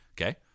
Okay